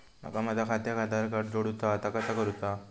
माका माझा खात्याक आधार कार्ड जोडूचा हा ता कसा करुचा हा?